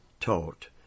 taught